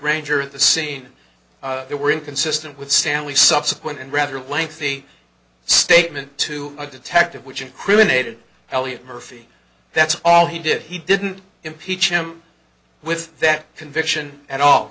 ranger at the scene they were inconsistent with stanley subsequent and rather lengthy statement to the detective which incriminated elliot murphy that's all he did he didn't impeach him with that conviction at all